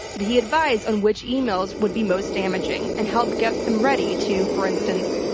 did he advise on which emails would be most damaging, and help get them ready to, for instance,